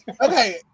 Okay